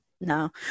no